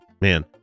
Man